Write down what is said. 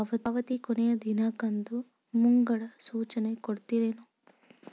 ಪಾವತಿ ಕೊನೆ ದಿನಾಂಕದ್ದು ಮುಂಗಡ ಸೂಚನಾ ಕೊಡ್ತೇರೇನು?